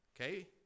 okay